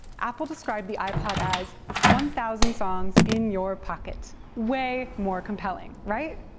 apple described the ipod as one thousand songs in your pocket. way more compelling, right?